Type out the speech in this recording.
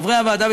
חברי הוועדה,